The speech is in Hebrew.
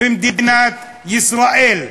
במדינת ישראל.